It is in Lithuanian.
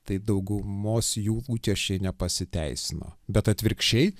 tai daugumos jų lūkesčiai nepasiteisino bet atvirkščiai